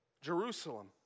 Jerusalem